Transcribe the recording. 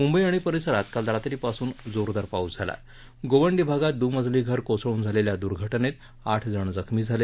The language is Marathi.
म्ंबई आणि परिसरात काल रात्रीपासून जोरदार पाऊस झाला गोवंडी भागात द्मजली घर कोसळून झालेल्या दूर्घटनेत आठ जण जखमी झाले